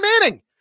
Manning